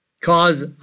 cause